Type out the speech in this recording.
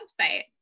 website